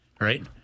right